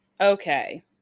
Okay